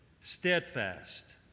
steadfast